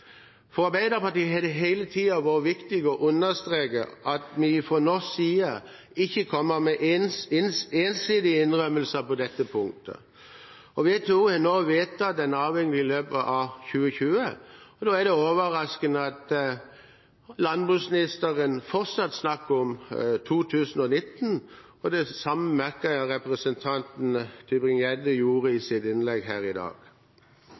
For Arbeiderpartiet har det hele tiden vært viktig å understreke at vi fra norsk side ikke kommer med ensidige innrømmelser på dette punktet. WTO har nå vedtatt en avvikling i løpet av 2020. Da er det overraskende at landbruksministeren fortsatt snakker om 2019. Det samme merket jeg at representanten Tybring-Gjedde gjorde i sitt innlegg her i dag.